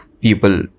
people